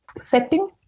setting